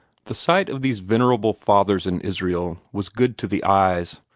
the sight of these venerable fathers in israel was good to the eyes,